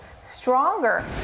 stronger